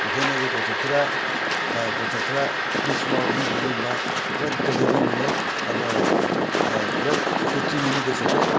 बेखायनो बे गथ'फोरा ओ गथ'फोरा बे समाव बिदि गेलेनो मोनबा बिराद गोजोननाय मोनो आरो खोब फुरथि मोनो गोसोखौ